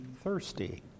thirsty